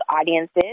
audiences